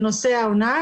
של נוסע או נהג,